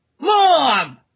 mom